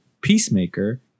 Peacemaker